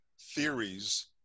theories